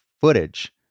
footage